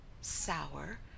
sour